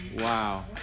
Wow